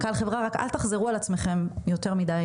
רק אל תחזרו על עצמכם יותר מדי,